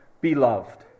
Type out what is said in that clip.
beloved